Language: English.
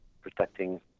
protecting